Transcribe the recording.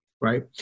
Right